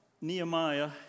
Nehemiah